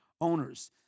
owners